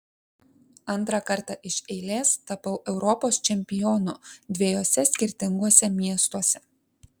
antrą kartą iš eilės tapau europos čempionu dviejuose skirtinguose miestuose